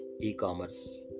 e-commerce